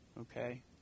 okay